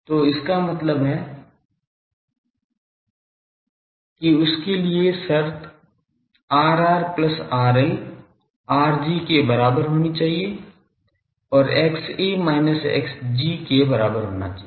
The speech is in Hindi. तो इसका मतलब है कि उसके लिए शर्त Rr plus RL Rg के बराबर होनी चाहिए और XA minus Xg के बराबर होना चाहिए